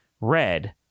red